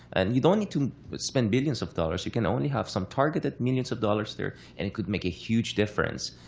and you don't need to spend billions of dollars. you can only have some targeted millions of dollars there. and it could make a huge difference.